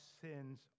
sins